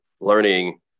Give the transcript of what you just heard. Learning